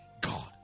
God